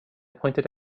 pointed